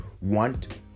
want